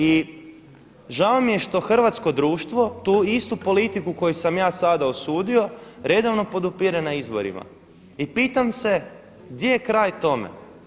I žao mi je što hrvatsko društvo tu istu politiku koju sam ja sada osudio redovno podupire na izborima i pitam se gdje je kraj tome.